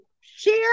Share